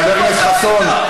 חבר הכנסת חסון,